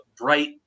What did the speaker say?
bright